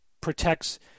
protects